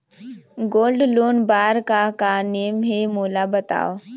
Gold loan बार का का नेम हे, मोला बताव?